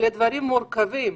לדברים מורכבים.